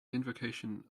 invocation